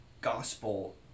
gospel